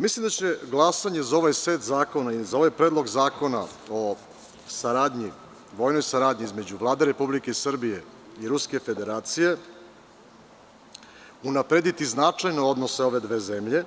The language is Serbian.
Mislim da će glasanje za ovaj set zakona i za ovaj Predlog zakona o vojnoj saradnji između Vlade Republike Srbije i Ruske Federacije unaprediti značajno odnose ove dve zemlje